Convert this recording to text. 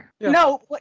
No